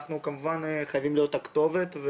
אנחנו חייבים להיות הכתובת.